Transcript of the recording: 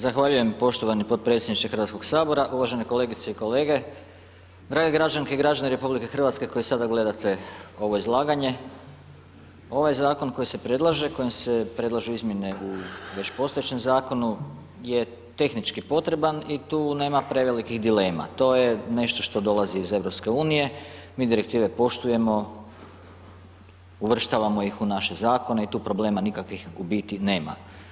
Zahvaljujem poštovani podpredsjedniče Hrvatskog sabora, uvažene kolegice i kolege, drage građanke i građani RH koji sada gledate ovo izlaganje, ovaj zakon koji se predlaže, kojim se predlažu izmjene u već postojećem zakonu je tehnički potreban i tu nema prevelikih dilema, to je nešto što dolazi iz EU, mi Direktive poštujemo, uvrštavamo ih u naše zakone i tu problema nikakvih u biti nema.